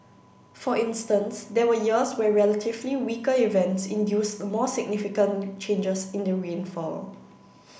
for instance there were years where relatively weaker events induced more significant changes in the rainfall